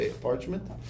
parchment